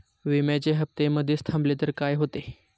विम्याचे हफ्ते मधेच थांबवले तर काय होते?